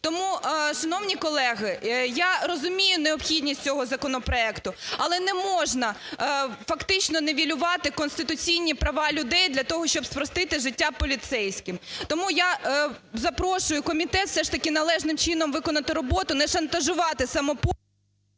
Тому, шановні колеги, я розумію необхідність цього законопроекту. Але не можна фактично нівелювати конституційні права людей для того, щоб спростити життя поліцейським. Тому я запрошую комітет все ж таки належним чином виконати роботу, не шантажувати…